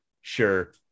sure